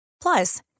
Plus